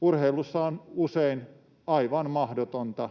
Urheilussa on usein aivan mahdotonta